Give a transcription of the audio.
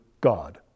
God